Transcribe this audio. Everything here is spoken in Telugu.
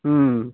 ఆ